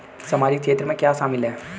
सामाजिक क्षेत्र में क्या शामिल है?